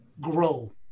grow